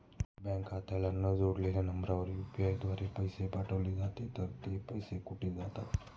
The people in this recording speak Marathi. बँक खात्याला न जोडलेल्या नंबरवर यु.पी.आय द्वारे पैसे पाठवले तर ते पैसे कुठे जातात?